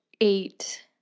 eight